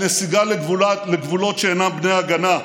על נסיגה לגבולות שאינם בני הגנה,